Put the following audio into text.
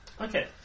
okay